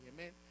Amen